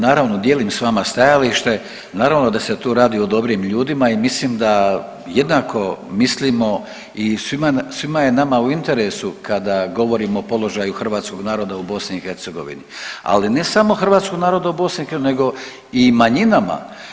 Naravno dijelim s vama stajalište, naravno da se tu radi o dobrim ljudima i mislim da jednako mislimo i svim je nama u interesu kada govorimo o položaju hrvatskog naroda u BiH, ali ne samo hrvatskog naroda u BiH nego i manjinama.